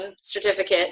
certificate